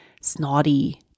snotty